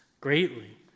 greatly